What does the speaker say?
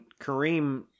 Kareem